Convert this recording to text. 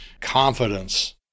Confidence